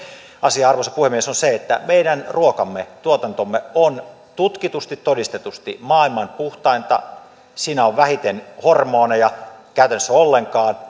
asia arvoisa puhemies on se että meidän ruokamme tuotantomme on tutkitusti ja todistetusti maailman puhtainta siinä on vähiten hormoneja ei käytännössä ollenkaan